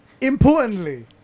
Importantly